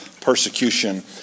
persecution